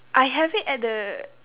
I have it at the